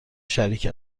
شریک